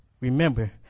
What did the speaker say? remember